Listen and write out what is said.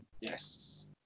Yes